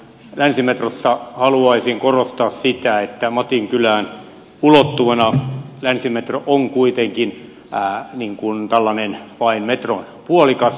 länsimetrossa haluaisin korostaa sitä että matinkylään ulottuvana länsimetro on kuitenkin vain tällainen metron puolikas